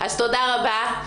תודה רבה.